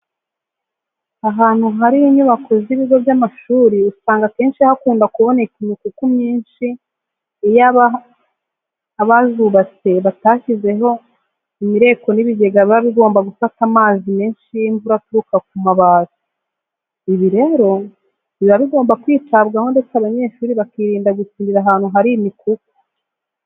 Ahantu hari unyubako z'ibigo by'amashuri usanga akenshi hakunda kuboneka imikuku myinshi iyo abazubatse batashyizeho imireko n'ibigega biba bigomba gufata amazi menshi y'imvura aturuka ku mabati. Ibi rero biba bigomba kwitabwaho ndetse abanyeshuri bakirinda gukinira ahantu hari imikuku.